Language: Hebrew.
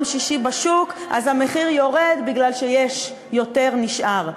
שישי המחיר בשוק יורד בגלל שנשאר יותר.